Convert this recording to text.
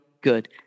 good